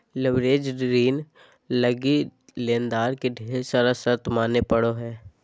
leveraged ऋण लगी लेनदार के ढेर सारा शर्त माने पड़ो हय